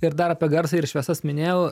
ir dar apie garsą ir šviesas minėjau